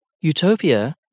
Utopia